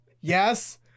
Yes